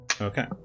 okay